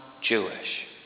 Jewish